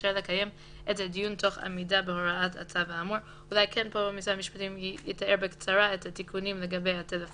(4)על אף האמור בפסקה (1), עותר שחלה לגביו